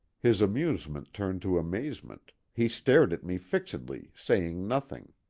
his amusement turned to amazement he stared at me fixedly, saying nothing.